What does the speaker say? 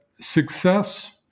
success